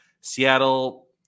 Seattle